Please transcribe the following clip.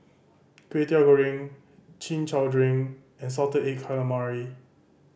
Kway Teow Goreng Chin Chow drink and salted egg calamari